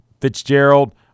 Fitzgerald